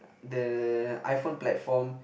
the iPhone platform